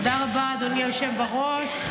תודה רבה, אדוני היושב בראש.